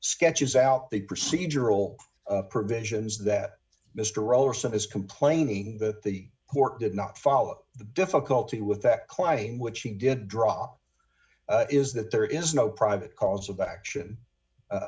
sketches out the procedural provisions that mr over some is complaining that the court did not follow the difficulty with that claim which he did draw is that there is no private cause of action